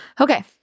okay